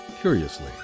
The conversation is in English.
curiously